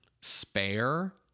spare